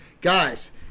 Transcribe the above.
Guys